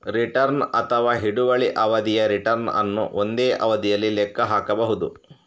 return ಅಥವಾ ಹಿಡುವಳಿ ಅವಧಿಯ ರಿಟರ್ನ್ ಅನ್ನು ಒಂದೇ ಅವಧಿಯಲ್ಲಿ ಲೆಕ್ಕ ಹಾಕಬಹುದು